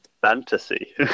fantasy